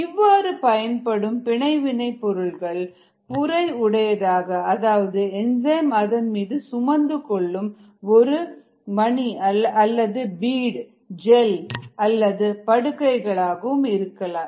இவ்வாறு பயன்படும் பிணைவினை பொருள்கள் புரை உடையதாக அதாவது என்சைமை அதன் மீது சுமந்து கொள்ளும் ஒரு மணி அதாவது பீடு ஜெல் அல்லது படுக்கையாக இருக்கலாம்